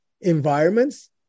environments